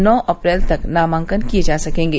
नौ अप्रैल तक नामांकन किए जा सकेंगे